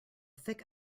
thick